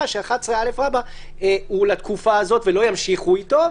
ש-11א רבא הוא לתקופה הזאת ולא ימשיכו אתו,